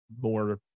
more